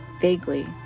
vaguely